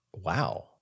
Wow